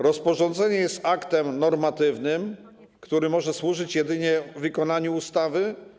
Rozporządzenie jest aktem normatywnym, który może służyć jedynie wykonaniu ustawy.